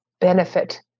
benefit